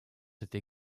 été